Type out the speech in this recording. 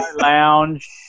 Lounge